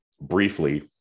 briefly